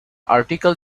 article